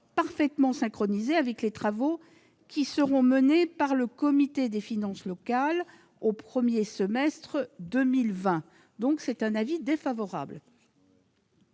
parfaitement synchronisé avec les travaux qui seront menés par le Comité des finances locales au premier semestre 2020. Le Gouvernement est donc défavorable